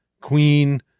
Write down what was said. Queen